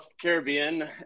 caribbean